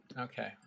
Okay